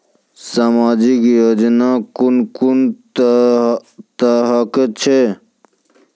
समाजिक योजना कून कून तरहक छै?